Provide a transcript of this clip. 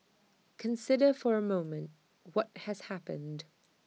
consider for A moment what has happened